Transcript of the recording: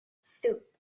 soup